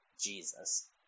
Jesus